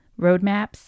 roadmaps